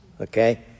okay